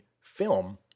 film